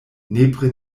nepre